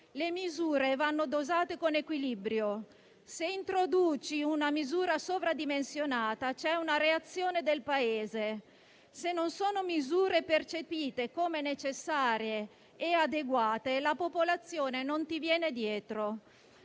«Le misure vanno dosate con equilibrio, se introduci una misura sovradimensionata c'è una reazione del Paese. Se non sono misure percepite come necessarie e adeguate, la popolazione non ti viene dietro».